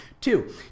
Two